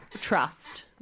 trust